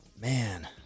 Man